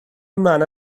ymlaen